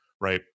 right